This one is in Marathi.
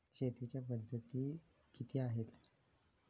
शेतीच्या पद्धती किती आहेत?